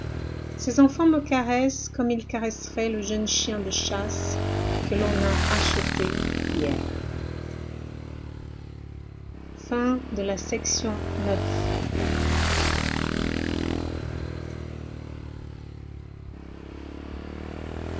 ces enfants me caressent comme ils caresseraient le jeune chien de chasse que l'on a acheté hier chapitre